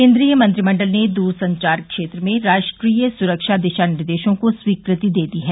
केंद्रीय मंत्रिमंडल ने दूरसंचार क्षेत्र में राष्ट्रीय सुरक्षा दिशा निर्देशों को स्वीकृति दे दी है